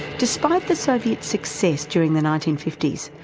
despite the soviet success during the nineteen fifty s,